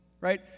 Right